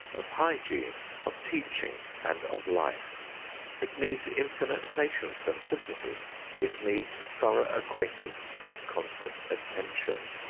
of hygiene, of teaching and of life it needs infinite patience and sympathy it needs thorough acquaintance and constant attention.